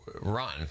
run